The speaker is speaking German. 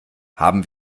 haben